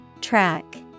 Track